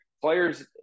players